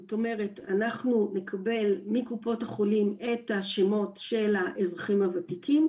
זאת אומרת אנחנו נקבל מקופות החולים את השמות של האזרחים הוותיקים,